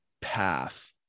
path